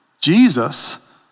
Jesus